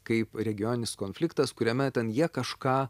kaip regioninis konfliktas kuriame ten jie kažką